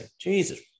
Jesus